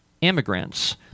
immigrants